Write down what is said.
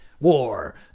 War